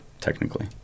technically